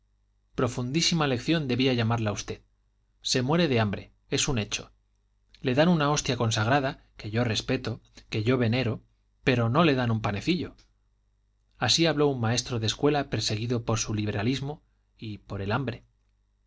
profundísima lección debía llamarla usted se muere de hambre es un hecho le dan una hostia consagrada que yo respeto que yo venero pero no le dan un panecillo así habló un maestro de escuela perseguido por su liberalismo y por el hambre